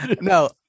no